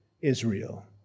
Israel